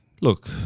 Look